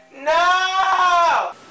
No